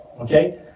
okay